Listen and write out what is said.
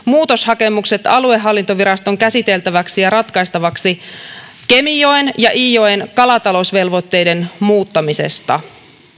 muutoshakemukset aluehallintoviraston käsiteltäväksi ja ratkaistavaksi kemijoen ja iijoen kalatalousvelvoitteiden muuttamisesta